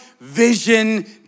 vision